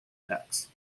tax